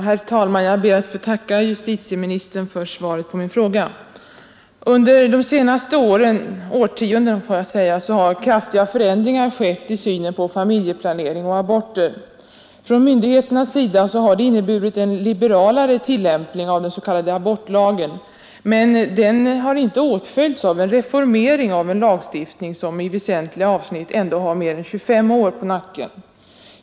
Herr talman! Jag ber att få tacka justitieministern för svaret på min fråga. Under de senaste årtiondena har kraftiga familjeplanering och aborter. Från myndigheternas sida har detta inneburit en liberalare tillämpning av den s.k. abortlagen, men ännu har dessa förändringar inte åtföljts av en reformering av en lagstiftning som i ändringar skett i synen på väsentliga avsnitt har mer än 25 år på nacken.